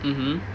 mmhmm